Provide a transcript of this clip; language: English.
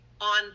on